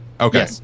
okay